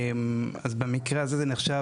אז במקרה הזה זה נחשב,